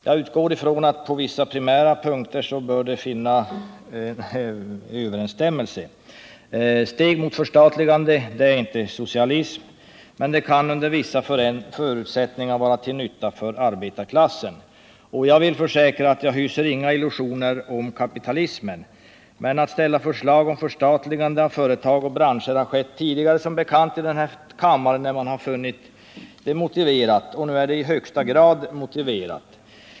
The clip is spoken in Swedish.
Jag utgår ifrån att det på vissa primära punkter bör finnas överensstämmelser. Steg mot förstatligande är inte socialism men kan under vissa förutsättningar vara till nytta för arbetarklassen. Jag vill försäkra att jag inte hyser några illusioner om kapitalismen. Förslag om förstatligande av företag och branscher har som bekant ställts tidigare i riksdagen när man funnit det motiverat, och nu är det i högsta grad motiverat.